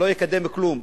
לא יקדם בכלום.